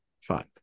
Fine